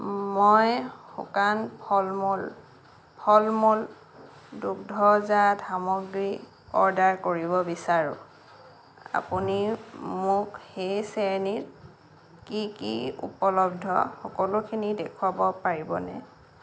মই শুকান ফলমূল ফলমূল দুগ্ধজাত সামগ্ৰী অৰ্ডাৰ কৰিব বিচাৰোঁ আপুনি মোক সেই শ্ৰেণীত কি কি উপলব্ধ সকলোখিনি দেখুৱাব পাৰিবনে